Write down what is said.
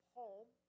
home